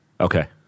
Okay